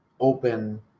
open